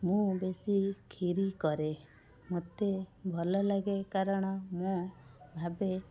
ମୁଁ ବେଶୀ କ୍ଷୀରି କରେ ମୋତେ ଭଲ ଲାଗେ କାରଣ ମୁଁ ଭାବେ